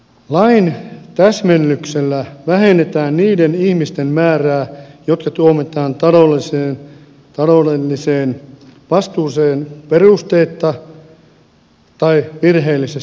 lain täsmennyksellä vähennetään niiden ihmisten määrää jotka tuomitaan taloudelliseen vastuuseen perusteetta tai virheellisestä määrästä